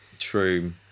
true